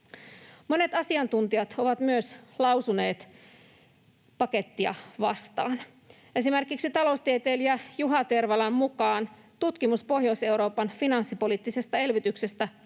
Monet asiantuntijat ovat myös lausuneet pakettia vastaan. Esimerkiksi taloustieteilijä Juha Tervalan mukaan tutkimus Pohjois-Euroopan finanssipoliittisesta elvytyksestä